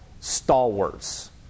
stalwarts